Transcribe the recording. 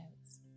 notes